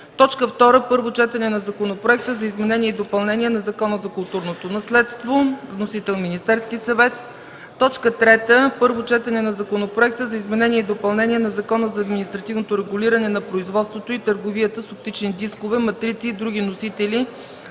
г. 2. Първо четене на Законопроекта за изменение и допълнение на Закона за културното наследство. Вносител: Министерският съвет. 3. Първо четене на Законопроекта за изменение и допълнение на Закона за административното регулиране на производството и търговията с оптични дискове, матрици и други носители,